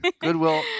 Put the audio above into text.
goodwill